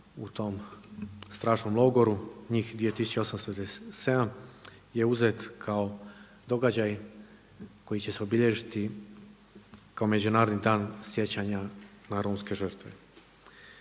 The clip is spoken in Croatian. u tom strašnom logoru njih 2897 je uzet kao događaj koji će se obilježiti kao Međunarodni dan sjećanja na romske žrtve.